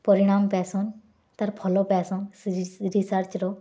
ପରିଣାମ୍ ପାଏସନ୍ ତା'ର ଫଲ ପାଏସନ୍ ସେ ରିସର୍ଚ୍ଚର